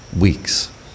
weeks